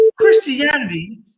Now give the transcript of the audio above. Christianity